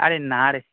আরে না রে